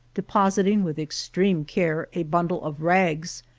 depositing with extreme care a bundle of rags,